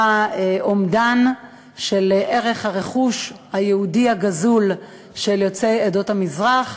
אומדן של ערך הרכוש היהודי הגזול של יוצאי עדות המזרח.